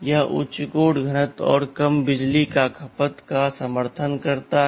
यह उच्च कोड घनत्व और कम बिजली की खपत का समर्थन करता है